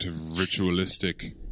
ritualistic